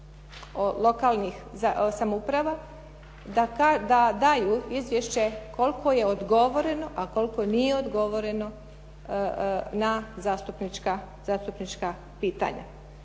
lokalnih samouprava da daju izvješće koliko je odgovoreno, a koliko nije odgovoreno na zastupnička pitanja.